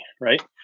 right